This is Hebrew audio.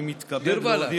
אני מתכבד להודיע,